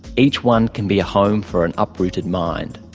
each one can be a home for an uprooted mind.